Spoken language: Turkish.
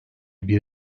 bir